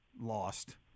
lost